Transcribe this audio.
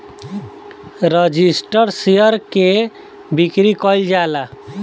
registered share के बिक्री कईल जाला